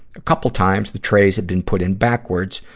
a couple times, the trays had been put in backwards,